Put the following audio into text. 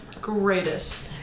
greatest